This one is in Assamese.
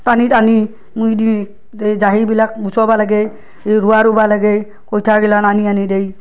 টানি টানি মুই দি এই জাহিবিলাক গুচোৱাবা লাগে ৰোৱা ৰুবা লাগে কইঠা গিলাখান আনি আনি দেই